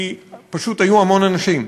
כי פשוט היו המון אנשים.